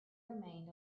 remained